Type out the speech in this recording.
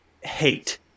hate